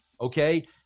okay